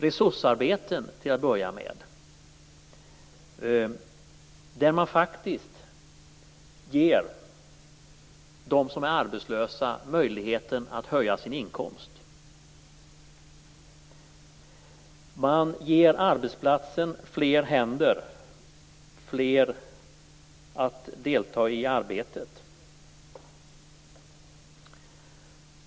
Resursarbeten innebär att man faktiskt ger dem som är arbetslösa möjligheten att höja sin inkomst. Man ger arbetsplatsen fler händer, fler som deltar i arbetet.